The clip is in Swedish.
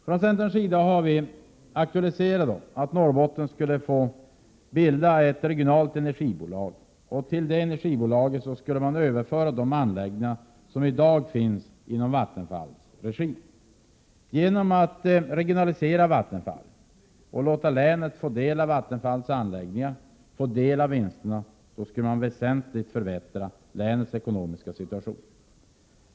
Vi i centern har aktualiserat idén att Norrbotten skulle få starta ett regionalt energibolag. Till det energibolaget skulle man överföra de anläggningar som i dag drivs i Vattenfalls regi. Genom att regionalisera Vattenfall och låta länet få del av Vattenfalls anläggningar och vinsterna från dessa skulle man väsentligt förbättra länets ekonomiska situation.